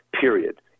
period